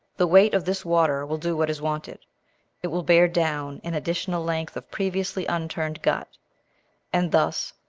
the weight of this water will do what is wanted it will bear down an additional length of previously unturned gut and thus,